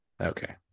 okay